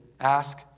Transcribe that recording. ask